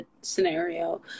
scenario